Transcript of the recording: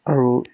আৰু